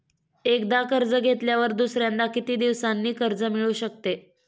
एकदा कर्ज घेतल्यावर दुसऱ्यांदा किती दिवसांनी कर्ज मिळू शकते?